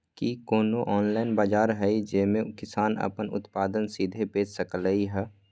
कि कोनो ऑनलाइन बाजार हइ जे में किसान अपन उत्पादन सीधे बेच सकलई ह?